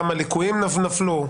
כמה ליקויים נפלו?